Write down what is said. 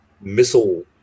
missile